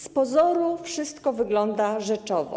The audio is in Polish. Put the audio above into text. Z pozoru wszystko wygląda rzeczowo.